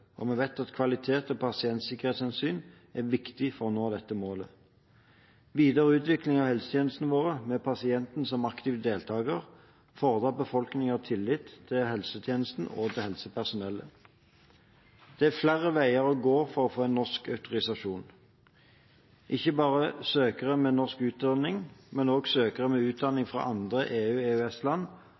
Og vi vet at kvalitet og pasientsikkerhetshensyn er viktig for å nå dette målet. Videre utvikling av helsetjenestene våre, med pasienten som aktiv deltaker, fordrer at befolkningen har tillit til helsetjenestene og til helsepersonellet. Det er flere veier å gå for å få norsk autorisasjon. Ikke bare søkere med norsk utdanning, men også søkere med utdanning fra andre